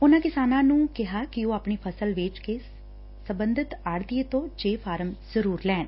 ਉਨੂਾ ਕਿਸਾਨਾਂ ਨੂੰ ਕਿਹਾ ਕਿ ਉਹ ਆਪਣੀ ਫਸਲ ਵੇਚ ਕੇ ਸਬੰਧਤ ਆੜਤੀਏ ਤੋਂ ਜੇ ਫਾਰਮ ਜਰੂਰ ਲੈਣ